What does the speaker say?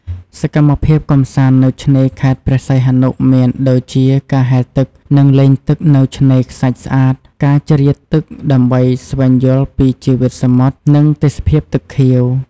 សកម្មភាពកម្សាន្តនៅឆ្នេរខេត្តព្រះសីហនុមានដូចជាការហែលទឹក និងលេងទឹកនៅឆ្នេរខ្សាច់ស្អាត ការជ្រៀតទឹកដើម្បីស្វែងយល់ពីជីវិតសមុទ្រ និងទេសភាព ទឹកខៀវ។